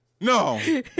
No